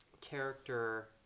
character